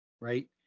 right